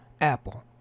Apple